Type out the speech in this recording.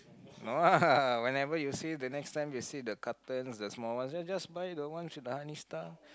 no ah whenever you see the next time you see the cartons the small ones you just buy the ones with the honey stars